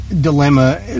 dilemma